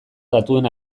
datuen